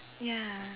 ya